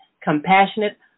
compassionate